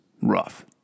rough